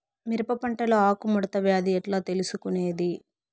మిరప పంటలో ఆకు ముడత వ్యాధి ఎట్లా తెలుసుకొనేది?